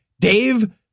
Dave